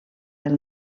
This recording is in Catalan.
del